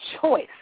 choice